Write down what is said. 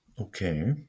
okay